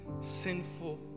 sinful